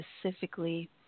specifically